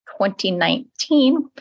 2019